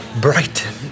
Brighton